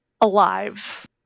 alive